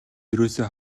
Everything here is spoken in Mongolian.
ерөөсөө